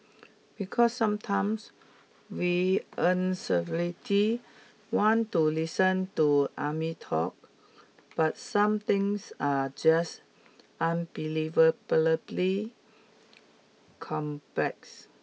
because sometimes we want to listen to army talk but some things are just unbelievably complex